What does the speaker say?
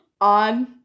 On